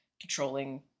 controlling